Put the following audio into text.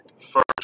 first